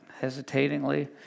hesitatingly